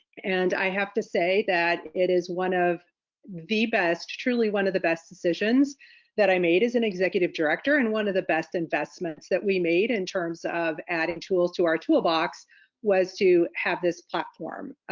and i have to say that it is one of the best truly one of the best decisions that i made as an executive director and one of the best investments that we made in terms of adding tools to our toolbox was to have this platform.